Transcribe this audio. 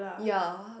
ya